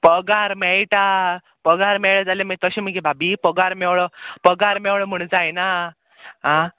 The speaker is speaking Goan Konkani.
पगार मेळटा पगार मेळ्ळो जाल्यार मागीर तशें मगे भाभी पगार मेळ्ळो पगार मेळ्ळो म्हुणू जायना आं